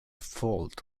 fault